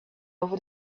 over